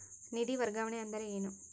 ನಿಧಿ ವರ್ಗಾವಣೆ ಅಂದರೆ ಏನು?